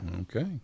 Okay